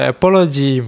Apology